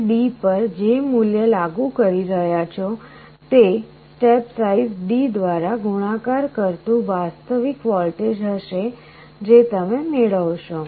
તમે D પર જે મૂલ્ય લાગુ કરી રહ્યા છો તે સ્ટેપ સાઈઝ D દ્વારા ગુણાકાર કરતું વાસ્તવિક વોલ્ટેજ હશે જે તમે મેળવશો